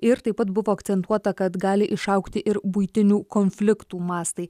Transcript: ir taip pat buvo akcentuota kad gali išaugti ir buitinių konfliktų mastai